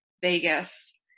Vegas